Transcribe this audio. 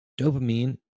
Dopamine